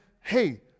hey